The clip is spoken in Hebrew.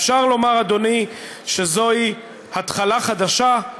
אפשר לומר, אדוני, שזוהי התחלה חדשה.